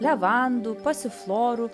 levandų pasiflorų